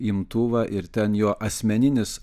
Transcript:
imtuvą ir ten jo asmeninis